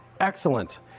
Excellent